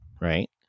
right